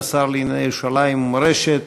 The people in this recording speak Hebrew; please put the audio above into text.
השר לענייני ירושלים ומורשת,